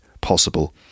possible